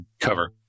cover